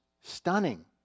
stunning